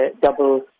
double